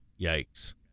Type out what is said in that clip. Yikes